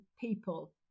people